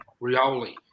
Rioli